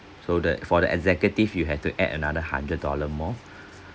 so the for the executive you have to add another hundred dollar more